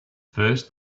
first